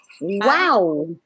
Wow